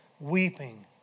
weeping